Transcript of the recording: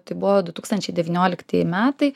tai buvo du tūkstančiai devynioliktieji metai